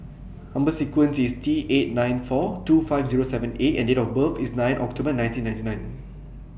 Number sequence IS T eight nine four two five Zero seven A and Date of birth IS nine October nineteen ninety nine